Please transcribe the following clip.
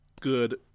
good